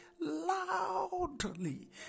Loudly